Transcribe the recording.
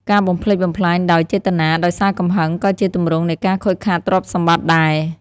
ការបំផ្លិចបំផ្លាញដោយចេតនាដោយសារកំហឹង ក៏ជាទម្រង់នៃការខូចខាតទ្រព្យសម្បត្តិដែរ។